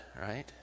right